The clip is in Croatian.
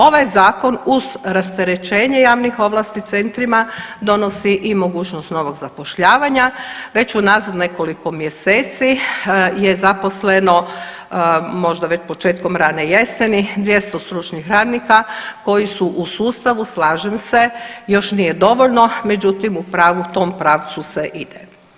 Ovaj zakon uz rasterećenje javnih ovlasti centrima donosi i mogućnost novog zapošljavanja, već unazad nekoliko mjeseci je zaposleno možda već početkom rane jeseni 200 stručnih radnika koji su u sustavu, slažem se, još nije dovoljno, međutim u pravu u tom pravcu se ide.